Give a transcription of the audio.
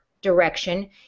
direction